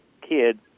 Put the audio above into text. kids